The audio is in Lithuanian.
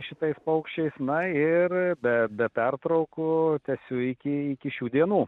šitais paukščiais na ir be be pertraukų tęsiu iki iki šių dienų